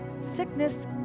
sickness